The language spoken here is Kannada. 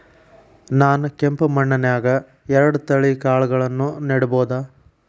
ನಾನ್ ಕೆಂಪ್ ಮಣ್ಣನ್ಯಾಗ್ ಎರಡ್ ತಳಿ ಕಾಳ್ಗಳನ್ನು ನೆಡಬೋದ?